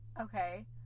Okay